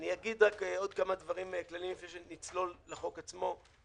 אני אגיד עוד כמה דברים כלליים לפני שנצלול לחוק עצמו.